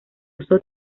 usó